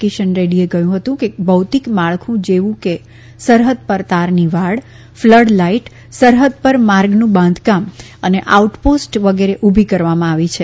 કિશન રેડૃએ કહ્યું કે ભૌતિક માળખું જેવુ કે સરહદ પર તારની વાડ ફલડ લાઈટ સરહદ પર માર્ગનું બાંધકામ અને આઉટ પોસ્ટ વગેરે ઉભી કરવામાં આવી છે